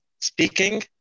speaking